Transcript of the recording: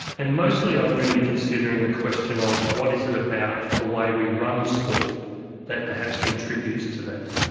and mostly i'm really considering the question of what is it about the way we run sport that perhaps contributes to that.